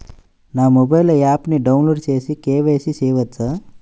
నా మొబైల్లో ఆప్ను డౌన్లోడ్ చేసి కే.వై.సి చేయచ్చా?